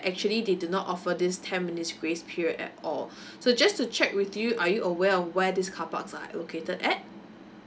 actually they do not offer this ten minutes grace period at all so just to check with you are you aware of where this carpark are located at